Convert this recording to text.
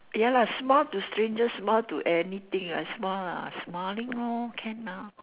ya lah smile to stranger smile to anything ah smile ah smiling lor can lor